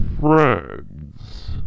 friends